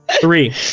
three